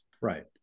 Right